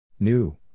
New